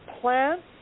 plants